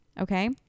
okay